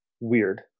weird